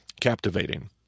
Captivating